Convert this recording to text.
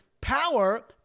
power